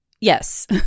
Yes